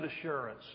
assurance